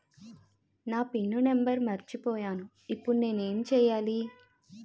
నా PIN number మర్చిపోయాను ఇప్పుడు నేను ఎంచేయాలి?